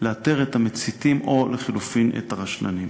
ולאתר את המציתים או לחלופין את הרשלנים.